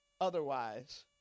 otherwise